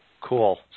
Cool